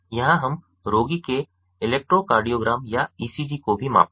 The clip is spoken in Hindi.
यहां हम रोगी के इलेक्ट्रोकार्डियोग्राम या ईसीजी को भी मापते हैं